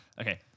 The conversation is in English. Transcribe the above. Okay